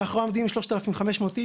מאחורי עומדים 3,500 איש,